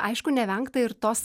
aišku nevengta ir tos